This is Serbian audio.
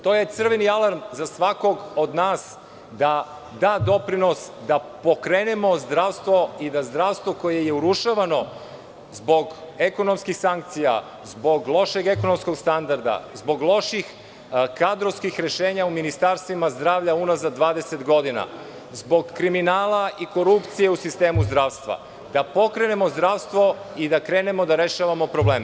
To je crveni alarm za svakog od nas da da doprinos da pokrenemo zdravstvo i da zdravstvo koje je urušavano zbog ekonomskih sankcija zbog lošeg ekonomskog standarda, zbog loših kadrovskih rešenja u Ministarstvu zdravlja unazad 20 godina, zbog kriminala i korupcije u sistemu zdravstva, da pokrenemo zdravstvo i krenemo da rešavamo probleme.